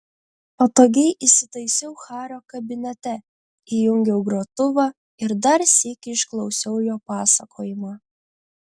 patogiai įsitaisiau hario kabinete įjungiau grotuvą ir dar sykį išklausiau jo pasakojimą